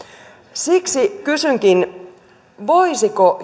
siksi kysynkin voisiko